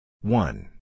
One